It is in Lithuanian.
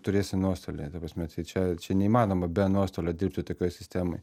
turėsi nuostolį ta prasme tai čia čia neįmanoma be nuostolio dirbti tokioj sistemoj